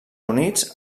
units